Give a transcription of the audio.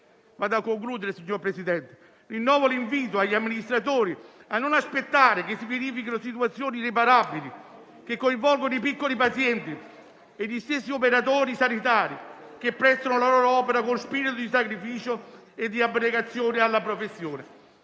In conclusione, signor Presidente, rinnovo l'invito agli amministratori a non aspettare che si verifichino situazioni irreparabili che coinvolgano i piccoli pazienti e gli stessi operatori sanitari, che prestano la loro opera con spirito di sacrificio e di abnegazione alla professione.